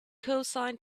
cosine